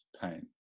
pain